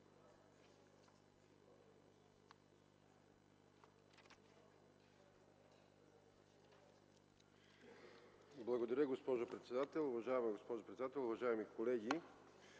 Благодаря, госпожо председател. Уважаема госпожо председател, уважаеми колеги!